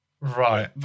Right